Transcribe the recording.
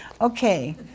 Okay